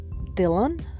Dylan